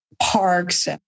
parks